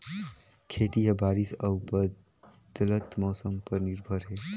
खेती ह बारिश अऊ बदलत मौसम पर निर्भर हे